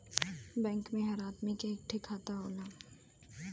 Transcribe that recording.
bank मे हर आदमी क एक ठे खाता होला